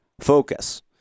focus